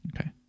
Okay